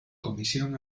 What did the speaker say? comisión